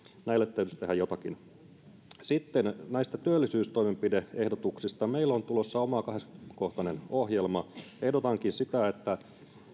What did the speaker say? näille täytyisi tehdä jotakin sitten näistä työllisyystoimenpide ehdotuksista meillä on tulossa oma kahdeksankymmentä kohtainen ohjelma ehdotankin sitä että